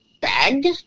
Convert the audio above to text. bag